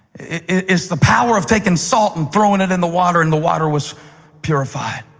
it's the power of taking salt and throwing it in the water, and the water was purified.